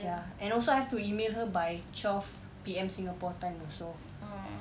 ya and also I have to email her by twelve P_M singapore time also